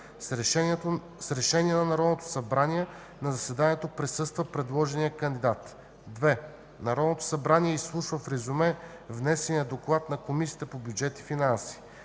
С решение на Народното събрание на заседанието присъства предложения кандидат. 2. Народното събрание изслушва в резюме внесения доклад на Комисията по бюджет и финанси.